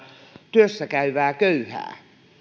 työssä käyvää köyhää